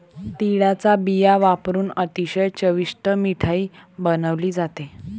तिळाचा बिया वापरुन अतिशय चविष्ट मिठाई बनवली जाते